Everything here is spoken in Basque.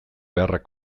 beharrak